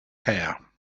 hair